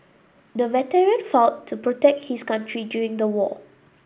the veteran fought to protect his country during the war